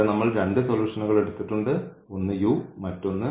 ഇവിടെ നമ്മൾ രണ്ട് സൊലൂഷനുകൾ എടുത്തിട്ടുണ്ട് ഒന്ന് മറ്റൊന്ന്